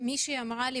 מישהי אמרה לי